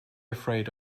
afraid